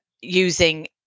using